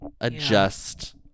adjust